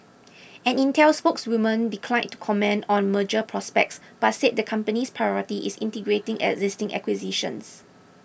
an Intel spokeswoman declined to comment on merger prospects but said the company's priority is integrating existing acquisitions